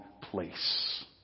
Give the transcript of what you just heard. place